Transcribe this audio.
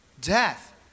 Death